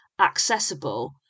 accessible